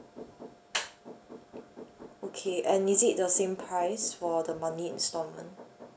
okay and is it the same price for the monthly installment